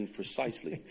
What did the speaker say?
precisely